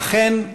אכן,